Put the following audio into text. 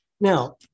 Now